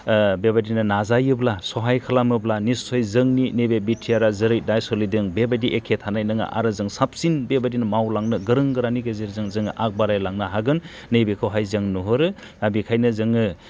बेबादिनो नाजायोब्ला सहाय खालामोब्ला निसय जोंनि नैबे बिटिआरआ जेरै दा सोलिदों बेबादि एखे थानाय नङा आरो जों साबसिन बेबादिनो मावलांनो गोरों गोरानि गेजेरजों जोङो आग बारायलांनो हागोन नै बेखौहाय जों नुहुरो दा बेखायनो जोङो